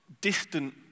distant